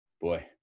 Boy